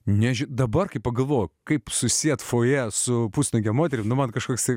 neži dabar kai pagalvojau kaip susiet fojė su pusnuoge moterimi nu man kažkoksai